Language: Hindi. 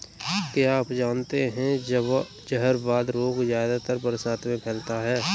क्या आप जानते है जहरवाद रोग ज्यादातर बरसात में फैलता है?